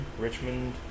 richmond